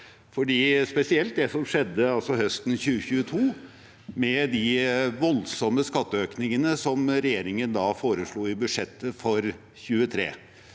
spesielt under det som skjedde høsten 2022, med de voldsomme skatteøkningene som regjeringen foreslo i budsjettet for 2023.